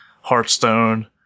Hearthstone